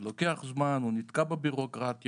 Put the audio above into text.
זה לוקח זמן, הוא נתקע בבירוקרטיה.